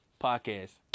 podcast